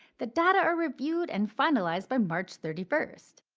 the data are reviewed and finalized by march thirty first.